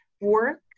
work